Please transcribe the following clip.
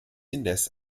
indes